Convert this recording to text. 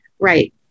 Right